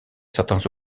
certains